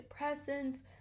antidepressants